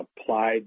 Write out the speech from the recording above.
applied